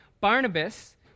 Barnabas